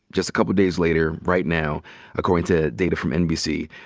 just a couple days later, right now according to data from nbc,